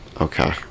Okay